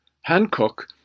Hancock